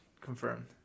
confirmed